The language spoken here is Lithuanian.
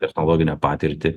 technologinę patirtį